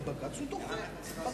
יעלה חבר